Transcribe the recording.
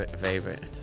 Favorite